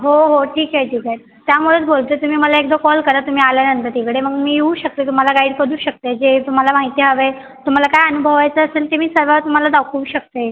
हो हो ठीक आहे ठीक आहे त्यामुळेच बोलते तुम्ही मला एकदा कॉल करा तुम्ही आल्यानंतर तिकडे मग मी येऊ शकते तुम्हाला गाईड कदू शकते जे तुम्हाला माहिती हवी आहे तुम्हाला काय अनुभवायचं असेल ते मी सगळं तुम्हाला दाखवू शकते